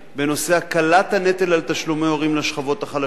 בנושא הקלת הנטל על תשלומי הורים לשכבות החלשות,